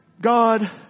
God